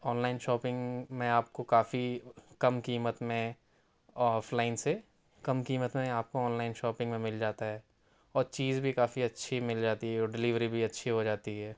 on line shopping میں آپ کو کافی کم قیمت میں آف لائن سے کم قیمت میں آپ کو آن لائن شاپنگ میں مل جاتا ہے اور چیز بھی کافی اچھی مل جاتی ہے اور ڈلیوری بھی اچھی ہو جاتی ہے